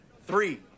three